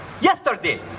yesterday